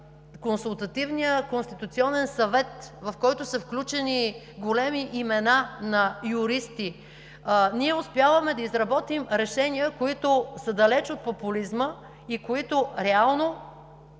Консултативния конституционен съвет, в който са включени големи имена на юристи, ние успяваме да изработим решения, които са далеч от популизма, и които реално